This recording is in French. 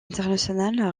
internationale